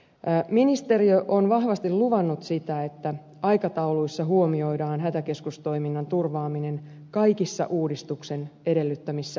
ministeriö on vahvasti luvannut sen että aikatauluissa huomioidaan hätäkeskustoiminnan turvaaminen kaikissa uudistuksen edellyttämissä vaiheissa